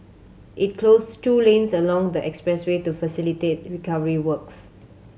it closed two lanes along the expressway to facilitate recovery works